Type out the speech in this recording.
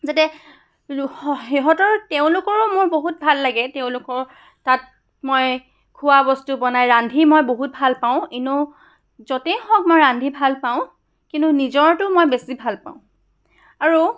যাতে সিহঁতৰ তেওঁলোকৰো মোৰ বহুত ভাল লাগে তেওঁলোকৰ তাত মই খোৱা বস্তু বনাই ৰান্ধি মই বহুত ভাল পাওঁ এনেয়েও য'তেই হওক মই ৰান্ধি ভাল পাওঁ কিন্তু নিজৰটো মই বেছি ভাল পাওঁ আৰু